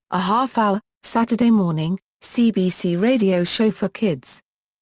a half-hour, saturday morning, cbc radio show for kids.